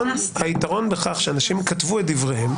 היתרון בכך שאנשים כתבו את דבריהם,